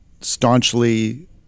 staunchly